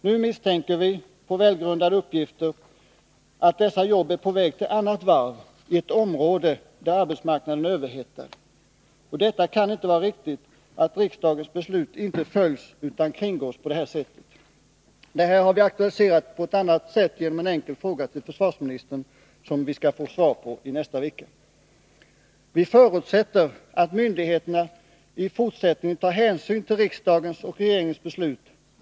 Nu misstänker vi på goda grunder att dessa jobb är på väg till annat varv i ett område där arbetsmarknaden är överhettad. Det kaninte vara riktigt att riksdagens beslut inte följs utan kringgås på detta sätt. Detta förhållande har jag aktualiserat genom en fråga till försvarsministern. Jag skall få svar i nästa vecka. Vi förutsätter att myndigheterna i fortsättningen tar hänsyn till riksdagens och regeringens beslut.